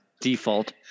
default